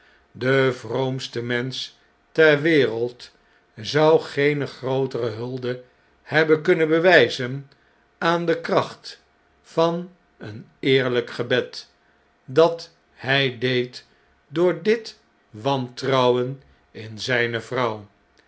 de vroomste mensch ter wereld zou geene grootere hulde hebben kunnen bewijzen aan dekracht vaneen eerlijk gebed dan hij deed door dit wantrouwen in zijne vrouw